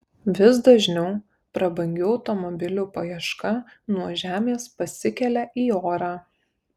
vis dažniau prabangių automobilių paieška nuo žemės pasikelia į orą